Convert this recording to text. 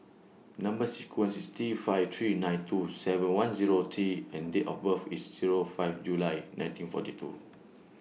Number sequence IS T five three nine two seven one Zero T and Date of birth IS Zero five July nineteen forty two